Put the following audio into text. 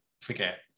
forget